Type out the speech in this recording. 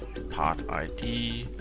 part id.